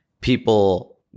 people